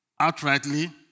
outrightly